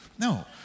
No